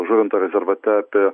žuvinto rezervate apie